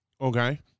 okay